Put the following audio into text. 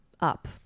up